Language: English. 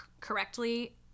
correctly